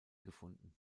gefunden